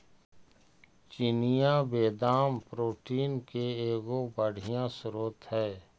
चिनिआबेदाम protein के एगो बढ़ियाँ स्रोत हई